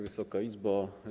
Wysoka Izbo!